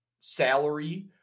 salary